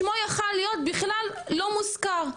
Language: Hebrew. שמו היה יכול להיות בכלל לא מוזכר.